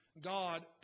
God